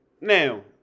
Now